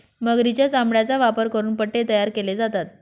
मगरीच्या चामड्याचा वापर करून पट्टे तयार केले जातात